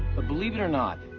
but believe it or not,